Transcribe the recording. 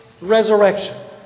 resurrection